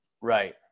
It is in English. Right